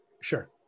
Sure